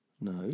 No